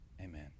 Amen